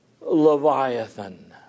Leviathan